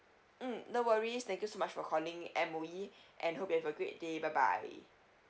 mm no worries thank you so much for calling M_O_E and hope you have a great day bye bye